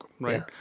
right